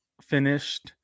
finished